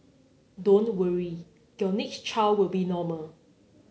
don't worry your next child will be normal